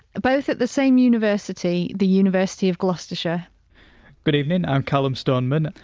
both at the same university the university of gloucestershire good evening. i'm callum stoneman.